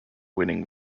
winning